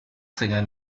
singer